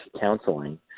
counseling